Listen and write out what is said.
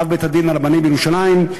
אב-בית-הדין הרבני בירושלים,